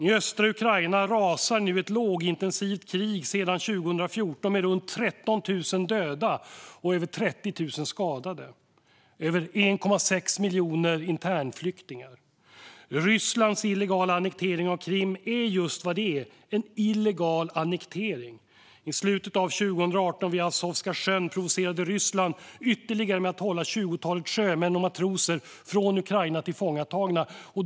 I östra Ukraina rasar ett lågintensivt krig sedan 2014 med runt 13 000 döda, över 30 000 skadade och över 1,6 miljoner internflyktingar. Rysslands illegala annektering av Krim är just det, en illegal annektering. I slutet av 2018 vid Azovska sjön provocerade Ryssland ytterligare med att hålla tjugotalet sjömän och matroser från Ukraina tillfångatagna.